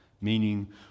meaning